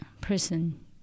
person